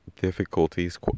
difficulties